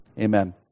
Amen